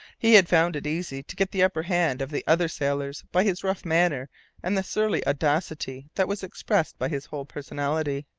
he had found it easy to get the upper hand of the other sailors by his rough manner and the surly audacity that was expressed by his whole personality.